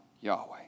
Yahweh